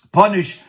punish